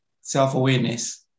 Self-awareness